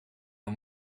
and